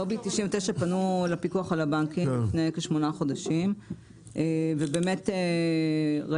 לובי 99 פנו לפיקוח על הבנקים לפני כשמונה חודשים ובאמת ראינו